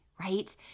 right